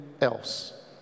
else